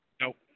Nope